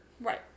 Right